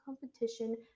competition